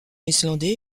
islandais